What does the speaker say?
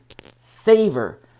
savor